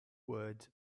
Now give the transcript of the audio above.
words